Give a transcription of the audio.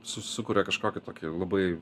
su sukuria kažkokį tokį labai